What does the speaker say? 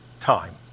time